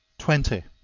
twenty.